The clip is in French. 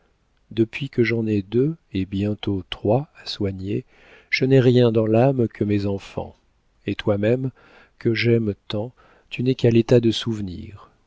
depuis que j'en ai deux et bientôt trois à soigner je n'ai rien dans l'âme que mes enfants et toi-même que j'aime tant tu n'es qu'à l'état de souvenir